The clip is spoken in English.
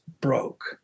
broke